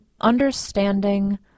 understanding